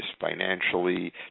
financially